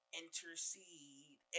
intercede